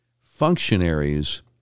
functionaries